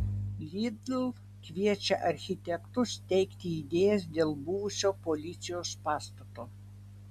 lidl kviečia architektus teikti idėjas dėl buvusio policijos pastato